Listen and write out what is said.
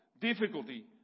difficulty